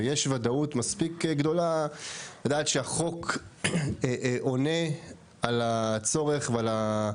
ויש וודאות מספיק גדולה לדעת שהחוק עונה על הצורך ועל,